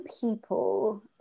people